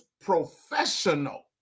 professional